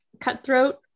cutthroat